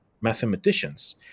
mathematicians